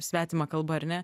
svetimą kalbą ar ne